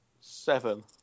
Seven